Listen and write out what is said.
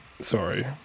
Sorry